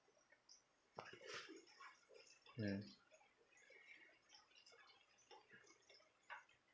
mm